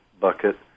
bucket